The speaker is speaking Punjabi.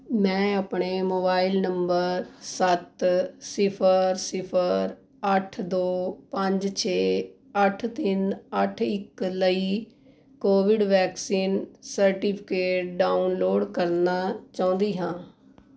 ਮੈਂ ਆਪਣੇ ਮੋਬਾਈਲ ਨੰਬਰ ਸੱਤ ਸਿਫਰ ਸਿਫਰ ਅੱਠ ਦੋ ਪੰਜ ਛੇ ਅੱਠ ਤਿੰਨ ਅੱਠ ਇੱਕ ਲਈ ਕੋਵਿਡ ਵੈਕਸੀਨ ਸਰਟੀਫਿਕੇਟ ਡਾਊਨਲੋਡ ਕਰਨਾ ਚਾਹੁੰਦੀ ਹਾਂ